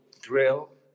drill